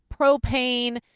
propane